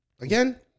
Again